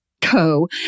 Co